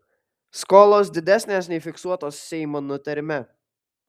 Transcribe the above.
skolos didesnės nei fiksuotos seimo nutarime